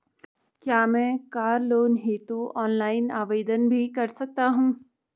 क्या मैं car loan हेतु ऑनलाइन आवेदन भी कर सकता हूँ?